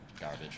Garbage